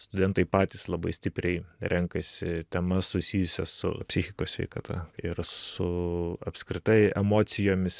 studentai patys labai stipriai renkasi temas susijusias su psichikos sveikata yra su apskritai emocijomis